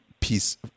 piece